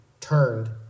turned